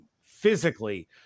physically